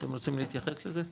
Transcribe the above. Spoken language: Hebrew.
אתם רוצים להתייחס לזה?